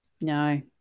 No